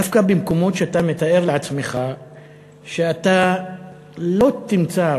דווקא במקומות שאתה מתאר לעצמך שאתה לא תמצא,